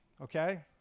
okay